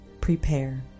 prepare